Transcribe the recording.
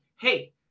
Hey